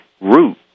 Root